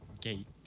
Gate